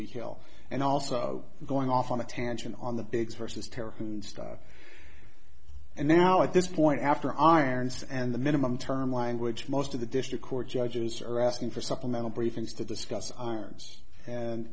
detail and also going off on a tangent on the bigs versus terra hoon style and then now at this point after irons and the minimum term language most of the district court judges are asking for supplemental briefings to discuss arms and